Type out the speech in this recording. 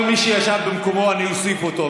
כל מי שישב במקומו, אני אוסיף אותו.